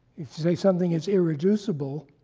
if you say something is irreducible,